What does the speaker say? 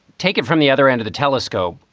take it from the other end of the telescope.